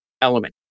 element